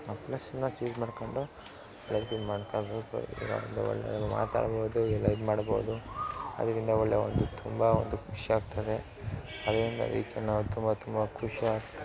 ಆ ಪ್ಲಸನ್ನ ಚೂಸ್ ಮಾಡಿಕೊಂಡು ಇವಾಗಲೇ ಒಳ್ಳೆಯದು ಮಾತಾಡ್ಬೌದು ಇಲ್ಲ ಇದು ಮಾಡ್ಬೌದು ಅದರಿಂದ ಒಳ್ಳೆಯ ಒಂದು ತುಂಬ ಒಂದು ಖುಷಿ ಆಗ್ತದೆ ಅದರಿಂದ ಈಗ ನಾವು ತುಂಬ ತುಂಬ ಖುಷಿ ಆಗ್ತದೆ